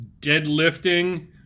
deadlifting